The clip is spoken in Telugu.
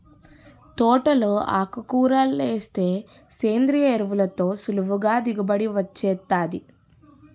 తోటలో ఆకుకూరలేస్తే సేంద్రియ ఎరువులతో సులువుగా దిగుబడి వొచ్చేత్తాది